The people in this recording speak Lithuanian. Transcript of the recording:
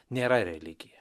nėra religija